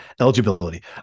eligibility